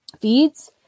feeds